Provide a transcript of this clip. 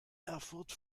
erfurt